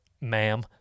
ma'am